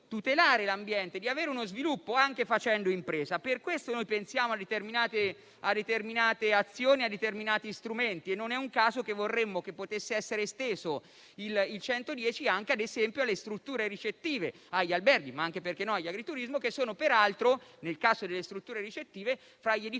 tutelare l'ambiente e di avere uno sviluppo anche facendo impresa. Per questo pensiamo a determinate azioni e a determinati strumenti e non a caso vorremmo che il superbonus al 110 potesse essere esteso anche alle strutture ricettive, agli alberghi, ma anche - perché no - agli agriturismi, che peraltro, nel caso delle strutture ricettive, sono fra gli edifici